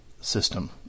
system